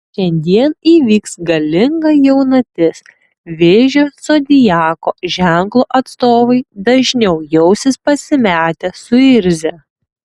šiandien įvyks galinga jaunatis vėžio zodiako ženklo atstovai dažniau jausis pasimetę suirzę